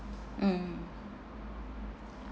mm